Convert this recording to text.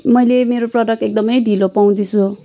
मैले मेरो प्रडक्ट एकदमै ढिलो पाउँदैछु